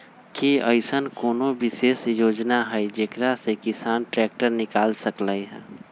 कि अईसन कोनो विशेष योजना हई जेकरा से किसान ट्रैक्टर निकाल सकलई ह?